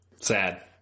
Sad